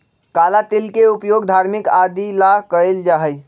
काला तिल के उपयोग धार्मिक आदि ला कइल जाहई